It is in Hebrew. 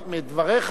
מדבריך,